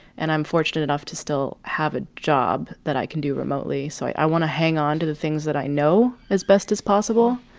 and i'm fortunate enough to still have a job that i can do remotely. so i want to hang on to the things that i know as best as possible.